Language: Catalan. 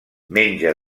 menja